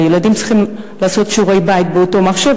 והילדים צריכים לעשות שיעורי-בית באותו מחשב,